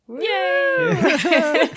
Yay